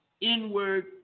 inward